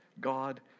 God